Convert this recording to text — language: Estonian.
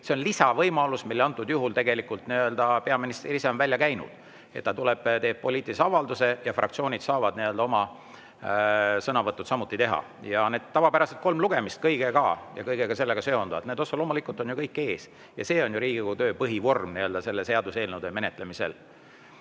See on lisavõimalus, mille antud juhul tegelikult peaminister ise on välja käinud: ta tuleb, teeb poliitilise avalduse ja fraktsioonid saavad oma sõnavõtud samuti teha. Ja need tavapärased kolm lugemist, mis kõige sellega seonduvad – need otse loomulikult on ju ees. See on ju Riigikogu töö põhivorm seaduseelnõude menetlemisel. Head